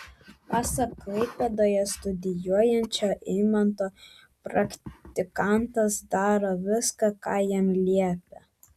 pasak klaipėdoje studijuojančio eimanto praktikantas daro viską ką jam liepia